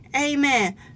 Amen